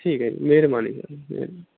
ਠੀਕ ਹੈ ਜੀ ਮਿਹਰਬਾਨੀ ਸਰ ਮਿਹਰਬਾਨੀ